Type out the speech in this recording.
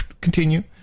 Continue